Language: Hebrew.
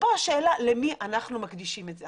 כאן השאלה למי אנחנו מקדישים את זה.